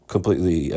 Completely